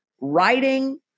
writing